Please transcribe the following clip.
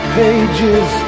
pages